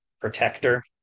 protector